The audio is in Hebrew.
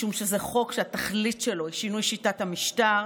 משום שזה חוק שהתכלית שלו היא שינוי שיטת המשטר,